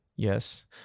Yes